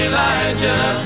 Elijah